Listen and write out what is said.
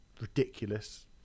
ridiculous